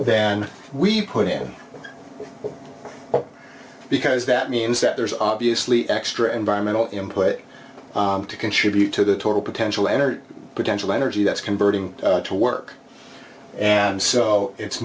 then we put him up because that means that there's obviously extra environmental in put to contribute to the total potential energy potential energy that's converting to work and so it's